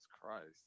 Christ